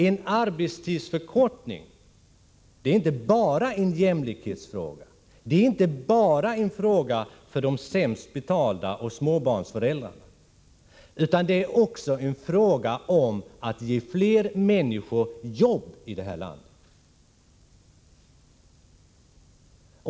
En arbetstidsförkortning är inte bara en jämlikhetsfråga, inte bara en fråga för de sämst betalda och för småbarnsföräldrarna, utan det är också en fråga om att ge fler människor jobb i det här landet.